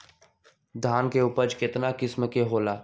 धान के उपज केतना किस्म के होला?